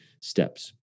steps